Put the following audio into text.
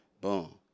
boom